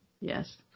Yes